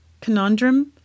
conundrum